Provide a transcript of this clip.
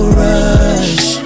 rush